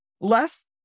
Less